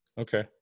Okay